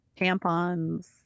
tampons